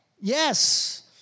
Yes